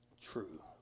true